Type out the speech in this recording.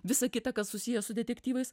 visa kita kas susiję su detektyvais